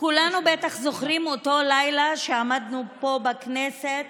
כולנו בטח זוכרים את אותו הלילה שבו עמדנו פה בכנסת